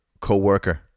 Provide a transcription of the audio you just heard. co-worker